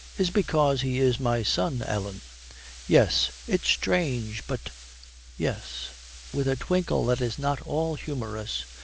is because he is my son, ellen yes it's strange but yes with a twinkle that is not all humorous,